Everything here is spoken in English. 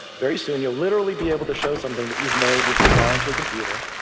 very soon, you'll literally be able to show something but you've made, you've designed, to a computer,